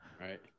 Right